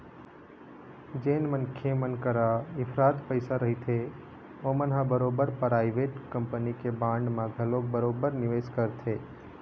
जेन मनखे मन करा इफरात पइसा रहिथे ओमन ह बरोबर पराइवेट कंपनी के बांड म घलोक बरोबर निवेस करथे